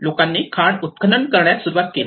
लोकांनी खाण उत्खनन करण्यास सुरवात केली